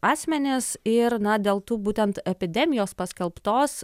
asmenis ir na dėl tų būtent epidemijos paskelbtos